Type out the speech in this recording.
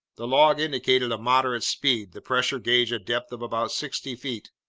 the log indicated a moderate speed, the pressure gauge a depth of about sixty feet.